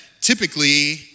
typically